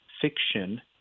fiction